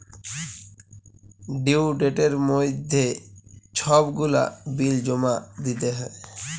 due ডেটের মইধ্যে ছব গুলা বিল জমা দিতে হ্যয়